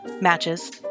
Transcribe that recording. matches